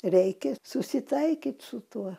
reikia susitaikyt su tuo